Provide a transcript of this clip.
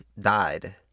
died